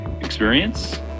Experience